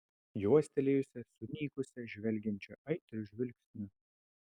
juostelėjusią sunykusią žvelgiančią aitriu žvilgsniu